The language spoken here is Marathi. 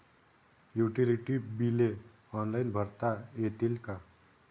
युटिलिटी बिले ऑनलाईन भरता येतील का?